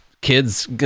kids